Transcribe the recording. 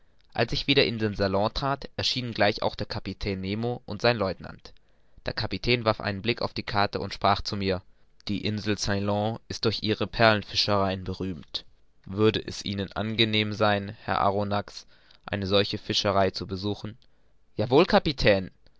als ich wieder in den salon trat erschienen gleich auch der kapitän nemo und sein lieutenant der kapitän warf einen blick auf die karte und sprach zu mir die insel ceylon ist durch ihre perlenfischereien berühmt würde es ihnen angenehm sein herr arronax eine solche fischerei zu besuchen ja wohl kapitän